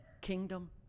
kingdom